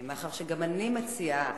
מאחר שגם אני מציעה